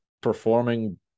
performing